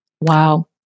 Wow